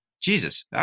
Jesus